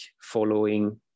following